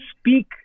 speak